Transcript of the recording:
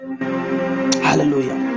Hallelujah